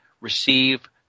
receive